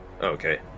Okay